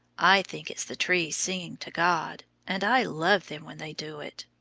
i think it's the trees singing to god, and i love them when they do it.